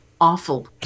awful